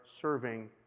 serving